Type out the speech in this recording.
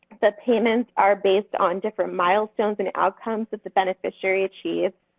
the payments are based on different milestones and outcomes that the beneficiary achieves.